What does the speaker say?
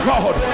God